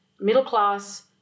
middle-class